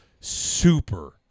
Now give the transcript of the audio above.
super